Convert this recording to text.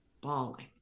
bawling